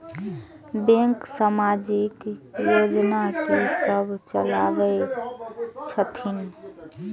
Bank समाजिक योजना की सब चलावै छथिन?